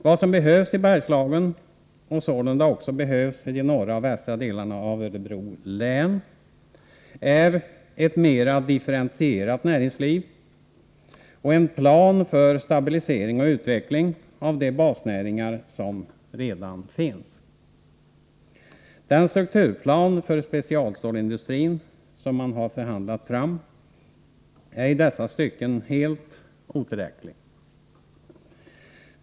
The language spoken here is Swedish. Vad som behövs i Bergslagen, och sålunda också behövs i de norra och västra delarna av Örebro län, är ett mera differentierat näringsliv och en plan för stabilisering och utveckling av de basnäringar som redan finns. Den strukturplan för specialstålsindustrin som man här förhandlat fram är i dessa stycken helt otillräcklig.